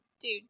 dude